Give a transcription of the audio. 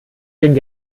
ging